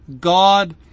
God